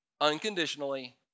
unconditionally